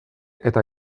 eta